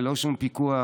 ללא שום פיקוח,